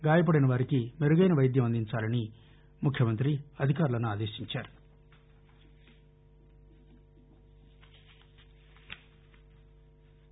గాయపడినవారికి మెరుగైన వైద్యం అందించాలని ముఖ్యమంతి అధికారులను ఆదేశించారు